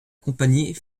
compagnie